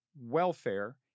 welfare